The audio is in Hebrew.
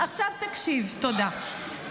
אתה בקריאה שנייה, בעצם.